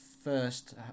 first